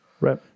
Right